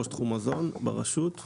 ראש תחום מזון ברשות,